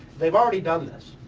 they've already done this,